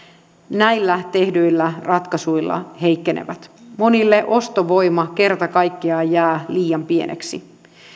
näillä tehdyillä ratkaisuilla heikkenevät monille ostovoima kerta kaikkiaan jää liian pieneksi